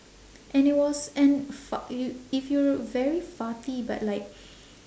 and it was and fuck i~ if you're very farty but like